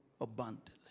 abundantly